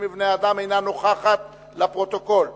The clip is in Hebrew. (30 בדצמבר 2009):